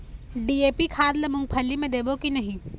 DAP खाद ला मुंगफली मे देबो की नहीं?